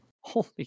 Holy